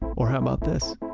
or how about this?